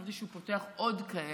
חשבתי שהוא פותח עוד כאלה,